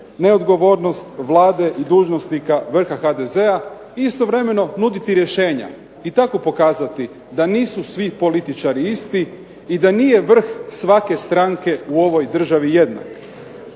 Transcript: neodgovornost Vlade i dužnosnika vrha HDZ-a, i istovremeno nuditi rješenja i tako pokazati da nisu svi političari isti i da nije vrh svake stranke u ovoj državi jednak.